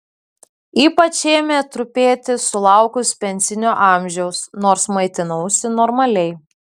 ypač ėmė trupėti sulaukus pensinio amžiaus nors maitinausi normaliai